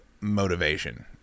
motivation